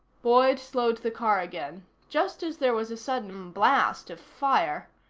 boyd slowed the car again, just as there was a sudden blast of fire.